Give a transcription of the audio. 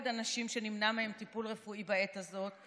אנשים שנמנע מהם טיפול רפואי בעת הזאת,